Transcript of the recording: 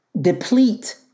deplete